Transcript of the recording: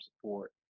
support